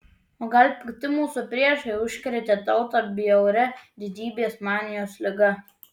o gal pikti mūsų priešai užkrėtė tautą bjauria didybės manijos liga